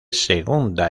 segunda